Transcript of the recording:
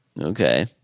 okay